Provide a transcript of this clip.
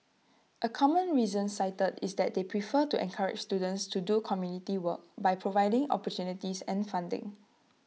A common reason cited is that they prefer to encourage students to do community work by providing opportunities and funding